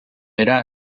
era